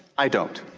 i don't.